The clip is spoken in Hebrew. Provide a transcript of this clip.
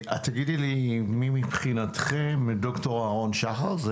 תגידי לי מי מבחינתכם ד"ר אהרון שחר?